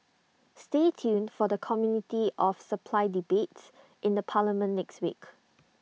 stay tuned for the committee of supply debates in the parliament next week